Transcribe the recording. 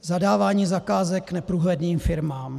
Zadávání zakázek neprůhledným firmám.